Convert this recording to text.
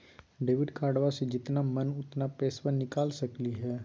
Debit कार्डबा से जितना मन उतना पेसबा निकाल सकी हय?